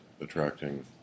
attracting